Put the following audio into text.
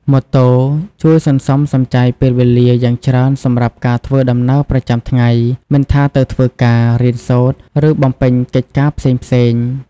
ម៉ូតូជួយ សន្សំសំចៃពេលវេលា យ៉ាងច្រើនសម្រាប់ការធ្វើដំណើរប្រចាំថ្ងៃ មិនថាទៅធ្វើការ រៀនសូត្រ ឬបំពេញកិច្ចការផ្សេងៗ ។